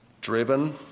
Driven